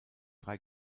drei